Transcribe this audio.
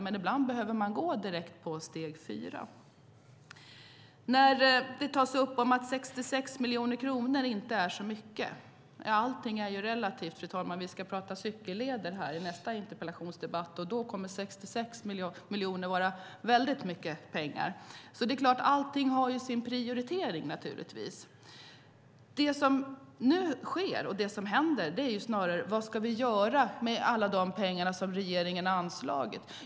Ibland behöver man gå direkt på steg 4. Sedan hävdas det att 66 miljoner kronor inte är så mycket. Ja, allt är relativt, fru talman. Vi ska prata cykelleder i nästa interpellationsdebatt, och då kommer 66 miljoner att vara mycket pengar. Det är klart att allt har sin prioritering. Det som nu sker är att vi får fråga oss vad vi ska göra med alla de pengar som regeringen har anslagit.